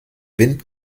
wind